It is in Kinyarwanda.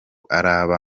araba